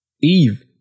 Eve